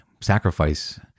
sacrifice